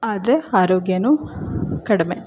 ಆದರೆ ಆರೋಗ್ಯವೂ ಕಡಿಮೆ